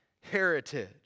heritage